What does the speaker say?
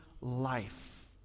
life